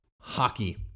hockey